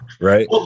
Right